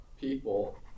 people